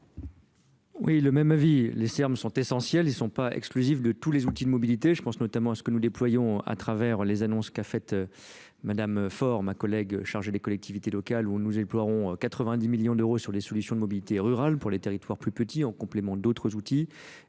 oui le même avison les termes sont essentiels et ne sont pas exclusifs de tous les outils de mobilité je pense notamment à ce que nous déployons à travers les annonces qu'a faites mme ma collègue chargée des collectivités locales où nous déploierons quatre vingt dix millions d'euros sur les solutions de mobilité rurale pour les territoires plus petits en complément d'autres outils